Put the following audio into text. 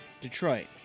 Detroit